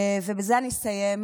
בזה אני אסיים.